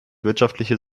wirtschaftliche